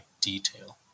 detail